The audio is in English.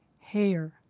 Hair